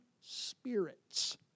spirits